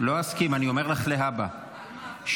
לך להבא,